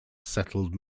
settled